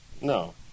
No